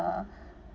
uh uh